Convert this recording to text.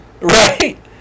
Right